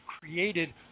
created